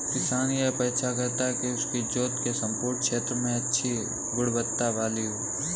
किसान यह अपेक्षा करता है कि उसकी जोत के सम्पूर्ण क्षेत्र में अच्छी गुणवत्ता वाली हो